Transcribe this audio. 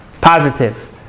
Positive